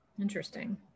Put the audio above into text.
interesting